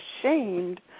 ashamed